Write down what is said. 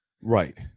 Right